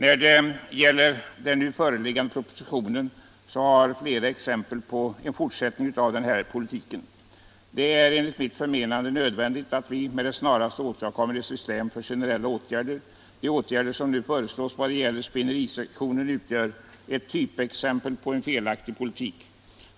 I den nu föreliggande propositionen finner vi flera exempel på en fortsättning av denna politik. Det är enligt mitt förmenande nödvändigt att vi med det snaraste åstadkommer ett system för generella åtgärder. De åtgärder som nu föreslås vad gäller spinnerisektionen utgör ett typexempel på en felaktig politik.